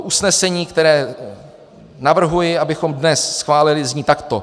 Usnesení, které navrhuji, abychom dnes schválili, zní takto: